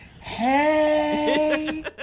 hey